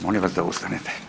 Molim vas da ustanete.